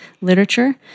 literature